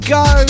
go